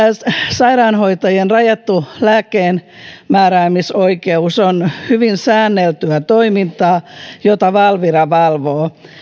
sairaanhoitajien rajattu lääkkeenmääräämisoikeus on hyvin säänneltyä toimintaa jota valvira valvoo